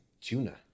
tuna